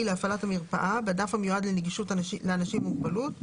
להפעלת המרפאה בדף המיועד לנגישות לאנשים עם מוגבלות,